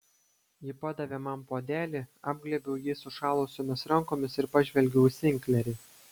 ji padavė man puodelį apglėbiau jį sušalusiomis rankomis ir pažvelgiau į sinklerį